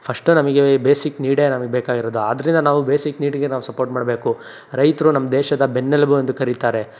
first ನಮಗೆ basic ನೀಡೇ ನಮಗೆ ಬೇಕಾಗಿರೋದು ಆದ್ದರಿಂದ ನಾವು ಬೇಸಿಕ್ ನೀಡ್ಗೆ ನಾವು ಸಪೋರ್ಟ್ ಮಾಡಬೇಕು ರೈತರು ನಮ್ಮ ದೇಶದ ಬೆನ್ನೆಲುಬು ಎಂದು ಕರಿತಾರೆ